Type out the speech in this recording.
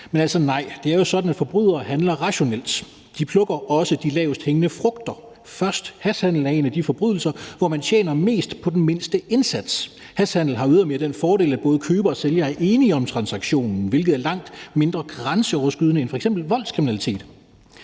Men nej, det er jo sådan, at forbrydere handler rationelt, og at de også plukker de lavesthængende frugter først. Hashhandel er en af de forbrydelser, hvor man tjener mest på den mindste indsats, og hashhandel har ydermere den fordel, at både køberen og sælgeren er enige om transaktionen, hvilket er langt mindre grænseoverskridende end f.eks. voldskriminalitet.